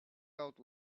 out